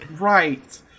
Right